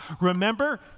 Remember